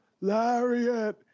Lariat